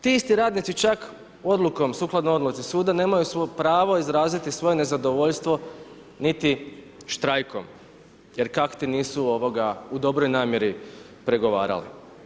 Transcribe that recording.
Ti isti radnici čak odlukom, sukladno odluci suda nemaju svoje pravo izraziti svoje nezadovoljstvo niti štrajkom jer kakti' nisu u dobroj namjeri pregovarali.